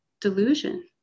delusion